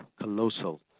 colossal